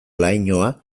lainoa